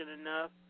enough